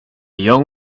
young